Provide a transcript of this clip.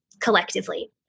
collectively